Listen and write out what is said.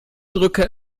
drücke